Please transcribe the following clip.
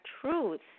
Truth